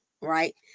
Right